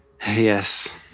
yes